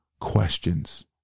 questions